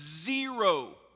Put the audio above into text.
zero